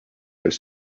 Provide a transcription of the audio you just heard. his